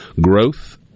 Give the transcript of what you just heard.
growth